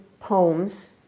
poems